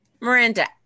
Miranda